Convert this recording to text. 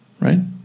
right